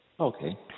Okay